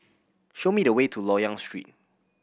show me the way to Loyang Street